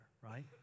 right